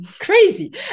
Crazy